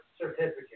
certificate